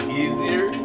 easier